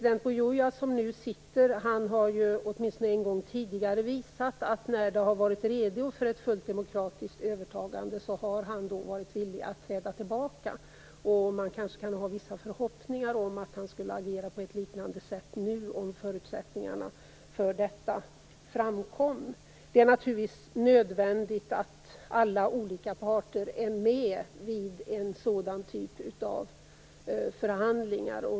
Den sittande presidenten Buyoya har åtminstone en gång tidigare visat att han har varit villig att träda tillbaka när landet har varit redo för ett fullt demokratiskt övertagande. Man kanske kan ha vissa förhoppningar om att han skulle agera på ett liknande sätt nu, om förutsättningarna fanns. Det är naturligtvis nödvändigt att alla de olika parterna är med vid en sådan typ av förhandling.